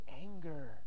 anger